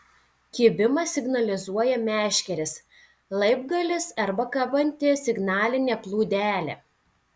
kibimą signalizuoja meškerės laibgalis arba kabanti signalinė plūdelė